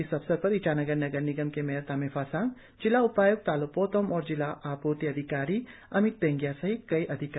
इस अवसर पर ईटानगर नगर निगम के मेयर तामे फासांग जिला उपायुक्त तालो पोतम और जिला आपूर्ति अधिकारी अमित बेंगिया सहित कई अधिकारी मौजूद थे